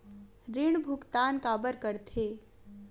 ऋण भुक्तान काबर कर थे?